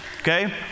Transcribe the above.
okay